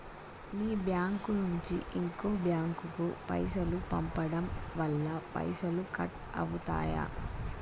మీ bank నుంచి ఇంకో bank కు పైసలు పంపడం వల్ల పైసలు కట్ అవుతయా?